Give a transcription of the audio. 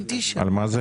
על מה זה,